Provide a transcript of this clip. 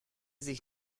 sich